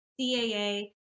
CAA